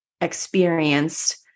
experienced